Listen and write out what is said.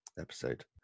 episode